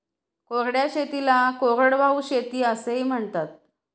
कोरड्या शेतीला कोरडवाहू शेती असेही म्हणतात